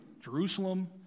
Jerusalem